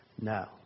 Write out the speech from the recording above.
No